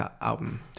album